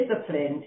disciplined